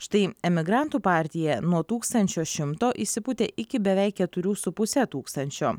štai emigrantų partija nuo tūkstančio šimto išsipūtė iki beveik keturių su puse tūkstančio